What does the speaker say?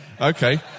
okay